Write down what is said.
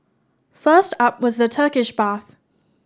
first up was the Turkish bath